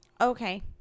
Okay